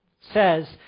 says